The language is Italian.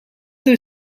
deve